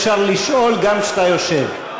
שאפשר לשאול גם כשאתה יושב.